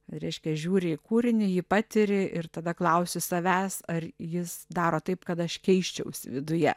reiškia žiūri į kūrinį jį patiri ir tada klausi savęs ar jis daro taip kad aš keisčiausi viduje